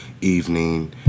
evening